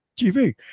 tv